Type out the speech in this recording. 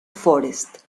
forest